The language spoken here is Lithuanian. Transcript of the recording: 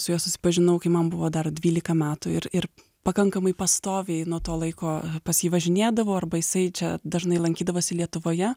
su juo susipažinau kai man buvo dar dvylika metų ir ir pakankamai pastoviai nuo to laiko pas jį važinėdavau arba isai čia dažnai lankydavosi lietuvoje